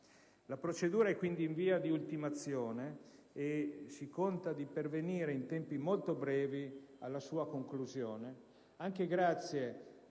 La procedura è in via di ultimazione e si conta di pervenire, in tempi molto brevi, alla sua conclusione, anche grazie ai